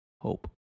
hope